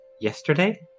yesterday